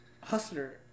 hustler